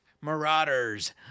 Marauders